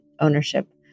ownership